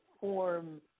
form